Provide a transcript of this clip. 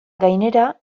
gainera